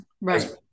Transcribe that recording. right